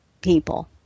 people